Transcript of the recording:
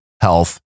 health